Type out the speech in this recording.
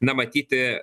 na matyti